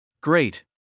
Great